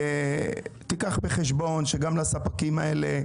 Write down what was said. קח בחשבון שגם הספקים האלה,